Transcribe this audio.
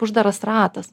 uždaras ratas